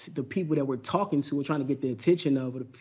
the people that we're talking to, we're trying to get the attention of,